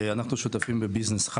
אנחנו שותפים בביזנס ..